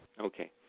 Okay